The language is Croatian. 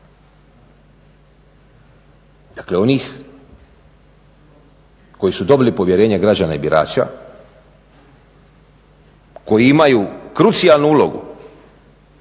Dakle, onih koji su dobili povjerenje građana i birača, koji imaju krucijalnu ulogu